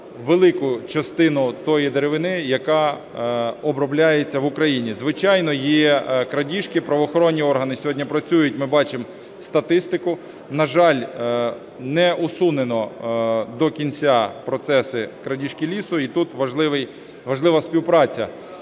велику частину тої деревини, яка обробляється в Україні. Звичайно, є крадіжки, правоохоронні органи сьогодні працюють, ми бачимо статистику. На жаль, не усунено до кінця процеси крадіжки лісу, і тут важлива співпраця